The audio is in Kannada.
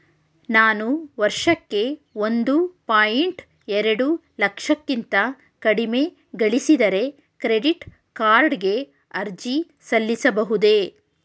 ನಾನು ವರ್ಷಕ್ಕೆ ಒಂದು ಪಾಯಿಂಟ್ ಎರಡು ಲಕ್ಷಕ್ಕಿಂತ ಕಡಿಮೆ ಗಳಿಸಿದರೆ ಕ್ರೆಡಿಟ್ ಕಾರ್ಡ್ ಗೆ ಅರ್ಜಿ ಸಲ್ಲಿಸಬಹುದೇ?